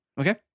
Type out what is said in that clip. Okay